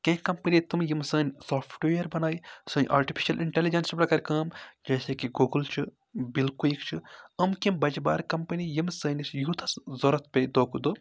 کیٚنٛہہ کَمپٔنی تِمہٕ یِمہٕ سٲنۍ سافٹوِیر بَنٲیہِ سٲنۍ آٹِفِشَل اِنٹیلِجَنس پٮ۪ٹھ کَرٕ کٲم جیسے کہِ گُگٕل چھُ بِل کُیِک چھُ یِم کیٚنٛہہ بَجہِ بارٕ کَمپٔنی یِم سٲنِس یوٗتھَس ضروٗرت پیٚیہِ دۄہ کھۄتہٕ دۄہ